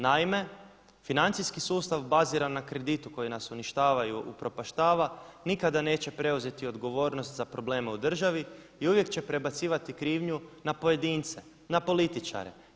Naime, financijski sustav baziran na kreditu koji nas uništava i upropaštava nikada neće preuzeti odgovornost za probleme u državi i uvijek će prebacivati krivnju na pojedince, na političar.